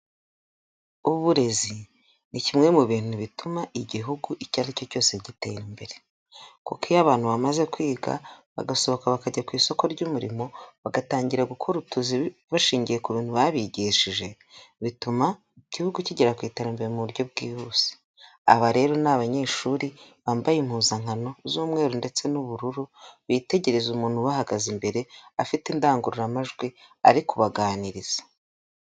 Uburezi ni kimwe mu bintu bituma Igihugu icyo aricyo cyose gitera imbere. Kuko iyo abantu bamaze kwiga bagasohoka bakajya ku isoko ry'umurimo bagatangira gukora utuzi bashingiye ku bintu babigishije bituma Igihugu kigera ku iterambere mu buryo bwihuse. Aba rero ni abanyeshuri bambaye impuzankano z'umweru ndetse n'ubururu bitegereza umuntu ubahagaze imbere afite indangururamajwi ari kubaganiriza.